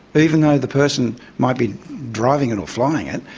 even though the person might be driving it or flying it,